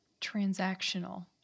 Transactional